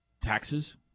Taxes